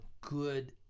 good